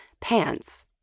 pants